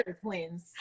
twins